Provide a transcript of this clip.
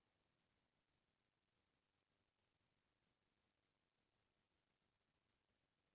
पैरा, ढेखरा मन ल जरोए ले बिकट के धुंआ होथे